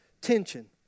tension